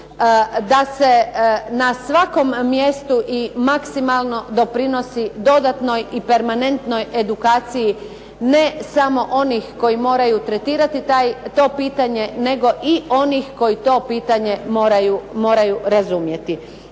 da se na svakom mjestu i maksimalno doprinosi dodatnoj i permanentnoj edukaciji ne samo onih koji moraju tretirati to pitanje nego i onih koji to pitanje moraju razumjeti.